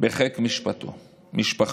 בחיק משפחתו.